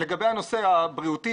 לגבי הנושא הבריאותי,